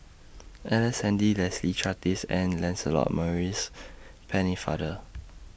Ellice Handy Leslie Charteris and Lancelot Maurice Pennefather